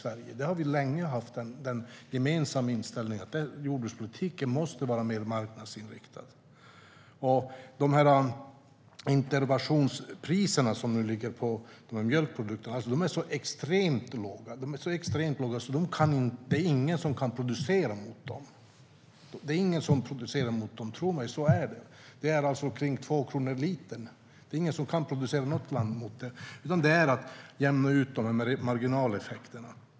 Vi har länge haft den gemensamma inställningen att jordbrukspolitiken måste vara mer marknadsinriktad. De interventionspriser som nu ligger på mjölkpriserna är så extremt låga att ingen kan producera mot dem. Det är ingen som producerar mot dem - tro mig, så är det. De ligger alltså på ca 2 kronor litern. Det är inget land som kan producera mot det, utan det är fråga om att jämna ut marginaleffekterna.